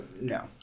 No